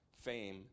fame